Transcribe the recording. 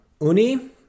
uni